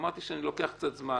אמרתי שאני לוקח קצת זמן